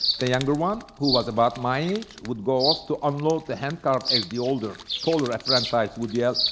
the younger one, who was about my age, would go off to unload the hand cart as the older, taller apprentice would yell,